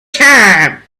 time